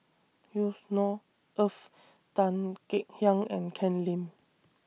Yusnor Ef Tan Kek Hiang and Ken Lim